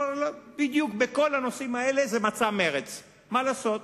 בדיוק בכל הנושאים האלה זה מצע מרצ, מה לעשות?